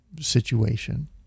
situation